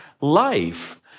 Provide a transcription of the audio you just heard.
life